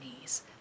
knees